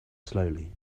slowly